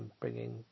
bringing